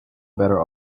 better